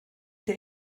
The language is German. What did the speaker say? der